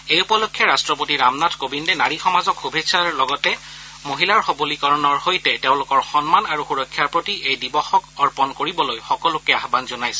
এই উপলক্ষে ৰাষ্ট্ৰপতি ৰামনাথ কোৱিন্দে নাৰী সমাজক শুভেচ্ছা জনোৱাৰ লগতে মহিলাৰ সৱলীকৰণৰ লগতে তেওঁলোকৰ সন্মান আৰু সূৰক্ষাৰ প্ৰতি এই দিৱসক অৰ্পন কৰিবলৈ সকলোকে আহান জনাইছে